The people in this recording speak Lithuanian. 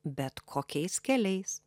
bet kokiais keliais